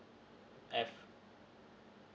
F